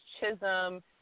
Chisholm